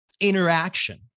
interaction